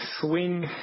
swing